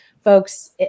folks